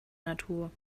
natur